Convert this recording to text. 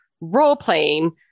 role-playing